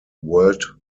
world